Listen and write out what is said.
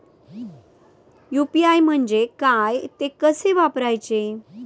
UPI म्हणजे काय, ते कसे वापरायचे?